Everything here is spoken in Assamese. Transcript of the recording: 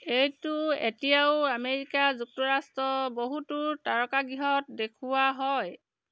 এইটো এতিয়াও আমেৰিকা যুক্তৰাষ্ট্ৰৰ বহুতো তাৰকাগৃহত দেখুওৱা হয়